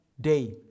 day